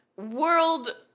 world